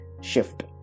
shift